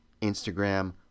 Instagram